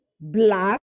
black